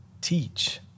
teach